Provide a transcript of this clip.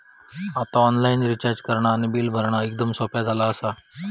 आता online recharge करणा आणि बिल भरणा एकदम सोप्या झाला आसा